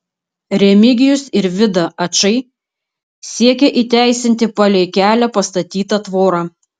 remigijus ir vida ačai siekia įteisinti palei kelią pastatytą tvorą